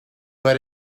but